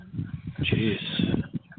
Jeez